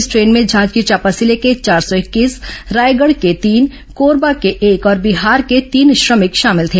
इस ट्रेन में जांजगीर चांपा जिले के चार सौ इक्कोंस रायगढ़ के तीन कोरबा के एक और बिहार के तीन श्रमिक शामिल थे